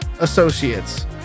associates